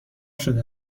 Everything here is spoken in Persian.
شده